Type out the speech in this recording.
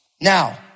Now